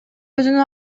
өзүнүн